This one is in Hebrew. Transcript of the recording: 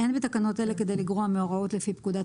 אין בתקנות אלה כדי לגרוע מהוראות לפי פקודת